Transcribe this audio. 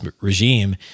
regime